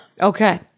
Okay